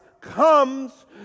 comes